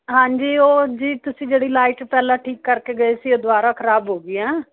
ਹਾਂਜੀ ਉਹ ਜੀ ਤੁਸੀਂ ਜਿਹੜੀ ਲਾਈਟ ਪਹਿਲਾਂ ਠੀਕ ਕਰਕੇ ਗਏ ਸੀ ਉਹ ਦੁਬਾਰਾ ਖਰਾਬ ਹੋ ਗਈ ਆ